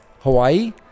Hawaii